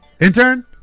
Intern